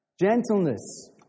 Gentleness